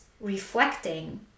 reflecting